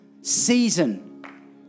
season